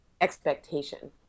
expectation